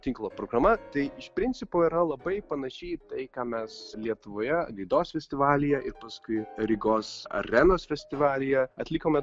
tinklo programa tai iš principo yra labai panaši į tai ką mes lietuvoje gaidos festivalyje ir paskui rygos arenos festivalyje atlikome